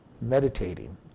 meditating